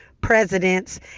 presidents